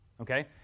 Okay